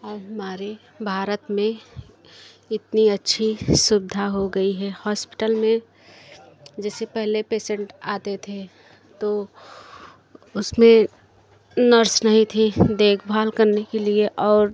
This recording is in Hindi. अब हमारे भारत में इतनी अच्छी सुविधा हो गई है हॉस्पिटल में जैसे पहले पेसेंट आते थे तो उसमें नर्स नहीं थी देखभाल करने के लिए और